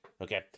okay